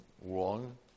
wrong